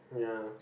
ya